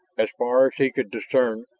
as far as he could discern,